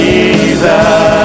Jesus